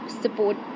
support